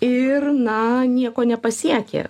ir na nieko nepasiekė